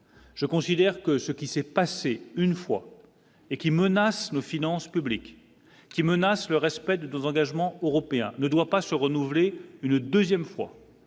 Je considère que ce qui s'est passé une fois et qui menace nos finances publiques qui menace le respect de nos engagements européens ne doit pas se renouveler une 2ème fois